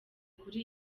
kuri